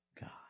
God